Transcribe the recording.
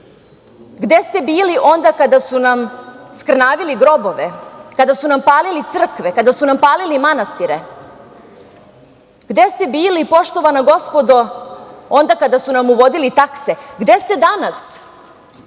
Gde ste bili onda kada su nam skrnavili grobove, kada su nam palili crkve, kada su nam palili manastire? Gde ste bili, poštovana gospodo, onda kada su nam uvodili takse? Gde ste danas